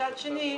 מצד שני,